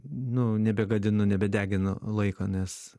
nu nebegadinu nebedeginu laiko nes